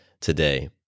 today